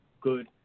good